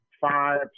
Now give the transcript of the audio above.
five